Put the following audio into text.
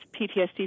PTSD